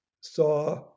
saw